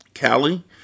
Callie